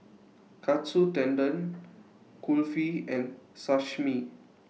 Katsu Tendon Kulfi and Sashimi